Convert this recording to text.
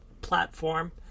platform